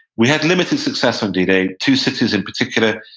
we had limited success on d-day. two cities in particular,